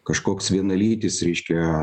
kažkoks vienalytis reiškia